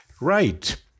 Right